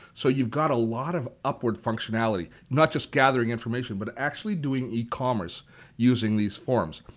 so you've got a lot of upward functionality, not just gathering information but actually doing ecommerce using these forms.